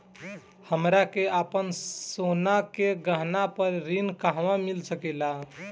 हमरा के आपन सोना के गहना पर ऋण कहवा मिल सकेला?